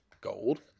gold